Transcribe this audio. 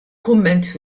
kumment